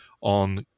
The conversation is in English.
on